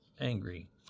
Angry